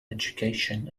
education